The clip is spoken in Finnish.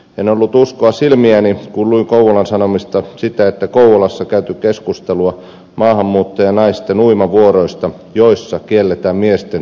en ollut uskoa silmiäni kun luin kouvolan sanomista sitä että kouvolassa on käyty keskustelua maahanmuuttajanaisten uimavuoroista joissa kielletään miesten pääsy uimatiloihin